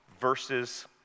verses